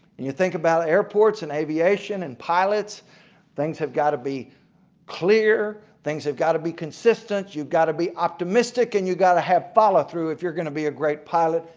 you think about airports in aviation and pilots things have got to be clear, things have got to be consistent, you've got to be optimistic and you've got to have follow-through if you're going to be a great pilot,